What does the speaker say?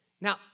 Now